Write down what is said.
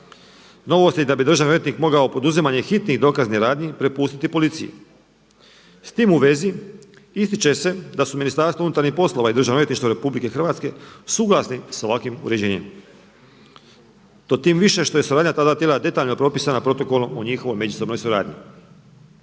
Novosti da bi državni odvjetnik mogao poduzimanje hitnih dokaznih radnji prepustiti policiji, s tim u vezi ističe se da su MUP i DORH suglasni s ovakvim uređenjem, to tim više što je suradnja ta dva tijela detaljno propisana Protokolom o njihovoj međusobnoj suradnji.